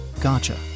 Gotcha